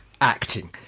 acting